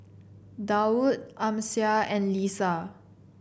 Daud Amsyar and Lisa